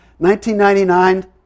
1999